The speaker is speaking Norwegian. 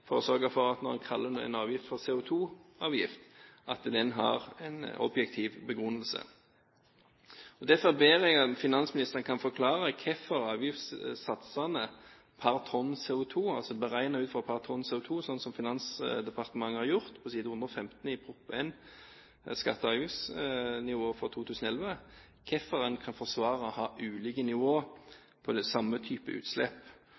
for å sørge for at når en kaller en avgift for CO2-avgift, har en en objektiv begrunnelse. Derfor ber jeg om at finansministeren forklarer avgiftssatsene beregnet per tonn CO2, som Finansdepartementet har gjort på side 115 i St.prp. nr. 1, om skatte- og avgiftsnivået for 2011, og hvorfor en kan forsvare å ha ulike nivå på de samme typene utslipp